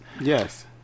Yes